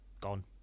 gone